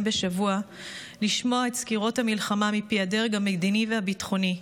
בשבוע לשמוע את סקירות המלחמה מפי הדרג המדיני והביטחוני.